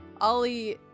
ollie